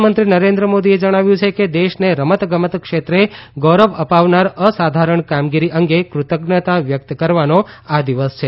પ્રધાનમંત્રી નરેન્દ્ર મોદીએ જણાવ્યું છે કે દેશને રમત ગમત ક્ષેત્રે ગૌરવ અપાવનાર અસાધારણ કામગીરી અંગે કૃતજ્ઞતા વ્યકત કરવાનો આ દિવસ છે